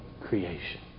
creation